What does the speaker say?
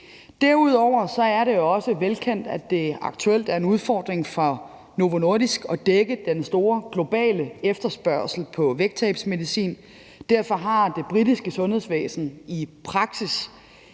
Derudover er det også velkendt, at det aktuelt er en udfordring for Novo Nordisk at dække den store globale efterspørgsel på vægttabsmedicin. Derfor har det britiske sundhedsvæsen i praksis